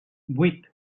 vuit